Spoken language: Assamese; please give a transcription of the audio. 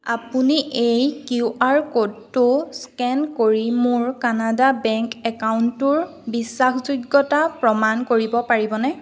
আপুনি এই কিউআৰ ক'ডটো স্কেন কৰি মোৰ কানাডা বেংক একাউণ্টটোৰ বিশ্বাসযোগ্যতা প্ৰমাণ কৰিব পাৰিবনে